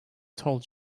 told